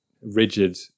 rigid